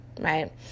right